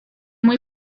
muy